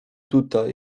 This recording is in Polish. tutaj